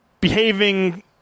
behaving